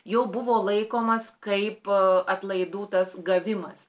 jau buvo laikomas kaip atlaidų tas gavimas